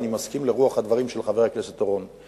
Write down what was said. ואני מסכים לרוח הדברים של חבר הכנסת אורון.